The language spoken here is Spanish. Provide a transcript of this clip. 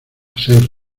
seis